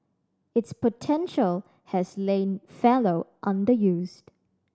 its potential has lain fallow underused